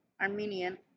Armenian